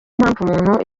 mpamvu